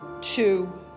two